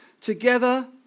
together